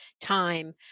time